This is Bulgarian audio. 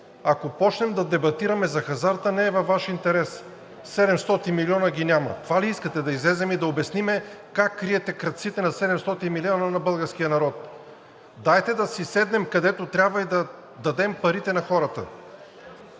Ако почнем да дебатираме за хазарта, не е във Ваш интерес – 700 милиона ги няма! Това ли искате – да излезем и да обясним как криете крадците на 700 милиона на българския народ?! Дайте да си седнем където трябва и да дадем парите на хората.